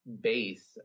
Base